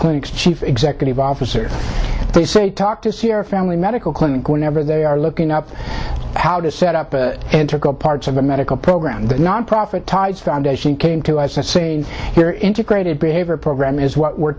clinic's chief executive officer they say talk to sierra family medical clinic whenever they are looking up how to set up an integral parts of a medical program the nonprofit tides foundation came to us and saying here integrated behavior program is what we're